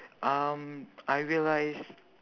um I realised